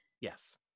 Yes